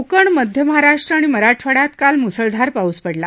कोकण मध्य महाराष्ट्र आणि मराठवाडयात काल मुसळधार पाऊस पडला